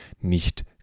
nicht